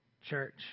church